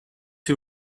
who